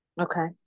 Okay